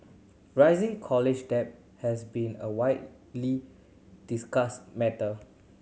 rising college debt has been a widely discussed matter